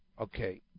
okay